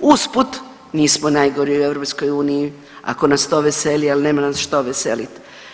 usput nismo najgori u EU ako nas to veseli, al nema nas što veselit.